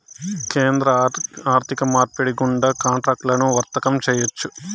కేంద్ర ఆర్థిక మార్పిడి గుండా కాంట్రాక్టులను వర్తకం చేయొచ్చు